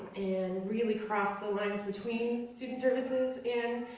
and really cross the lines between student services